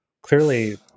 clearly